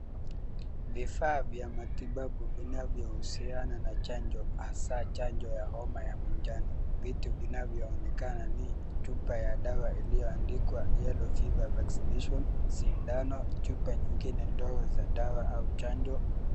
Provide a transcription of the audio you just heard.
Vifaa vya matibabu vinavyohusiana na chanjo hasa chanjo ya homa ya manjano. Vitu vinavyonekana ni chupa ya dawa iliyoandikwa Yellow Fever Vaccination ,sindano, chupa nyigine ndogo za dawa au chanjo.